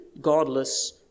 godless